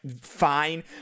fine